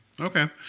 Okay